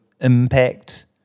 impact